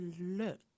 look